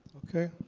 ok.